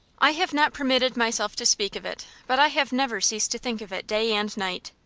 i have not permitted myself to speak of it, but i have never ceased to think of it day and night.